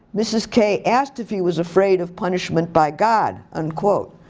mrs. k asked if he was afraid of punishment by god, unquote.